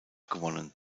gewonnen